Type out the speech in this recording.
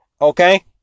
Okay